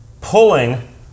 pulling